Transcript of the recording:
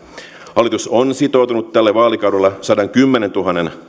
hallitus on sitoutunut tällä vaalikaudella sadankymmenentuhannen